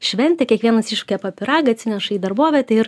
šventę kiekvienas iškepa pyragą atsineša į darbovietę ir